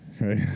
right